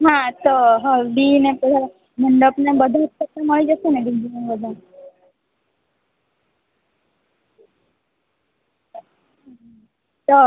હા તો હ મંડપને બધું ત્યાંથી મળી જશે ને તો